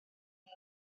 hyn